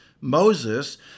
Moses